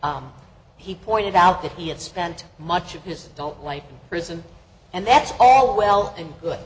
he pointed out that he had spent much of his adult life in prison and that's all well and good